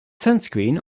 sunscreen